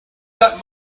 that